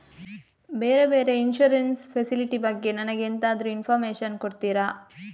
ಬೇರೆ ಬೇರೆ insurance facility ಬಗ್ಗೆ ನನಗೆ ಎಂತಾದ್ರೂ ಇನ್ಫೋರ್ಮೇಷನ್ ಕೊಡ್ತೀರಾ?